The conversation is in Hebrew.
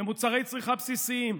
במוצרי צריכה בסיסיים.